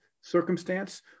circumstance